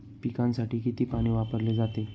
पिकांसाठी किती पाणी वापरले जाते?